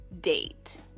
date